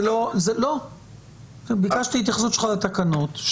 ביקשתי התייחסות שלך לתקנות.